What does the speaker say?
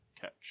catch